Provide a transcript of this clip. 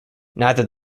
neither